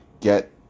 get